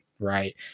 Right